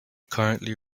currently